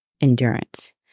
endurance